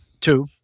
Two